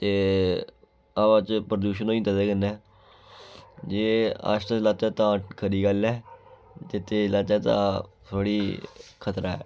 ते हवा च प्रदूशन होई जंदा एह्दे कन्नै जे आस्ता चलाचै तां खरी गल्ल ऐ ते तेज चलाचै तां थोह्ड़ी खतरा ऐ